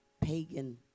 pagan